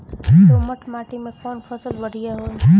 दोमट माटी में कौन फसल बढ़ीया होई?